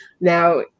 now